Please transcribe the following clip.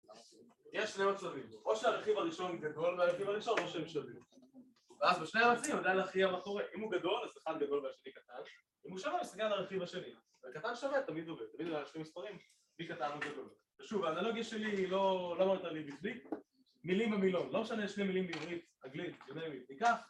‫יש שני מצבים, או שהרכיב הראשון ‫הוא גדול מהרכיב הראשון או שהם שווים. ‫אז בשני המצבים, עדיין להכריע ‫מה קורה... אם הוא גדול, ‫אז אחד גדול והשני קטן. ‫אם הוא שווה נסתכל על הרכיב השני. ‫הקטן שווה תמיד עובד. ‫תמיד להשוות מספרים בי קטן הוא גדול. ‫שוב, האנלוגיה שלי ‫לא מותר להסביג. ‫מילים במילון. לא משנה, ‫יש לי מילים בעברית, אנגלית, ימי. ‫ניקח.